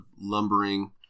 lumbering